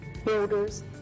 builders